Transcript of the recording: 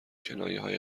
کنایههای